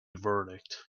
verdict